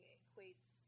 equates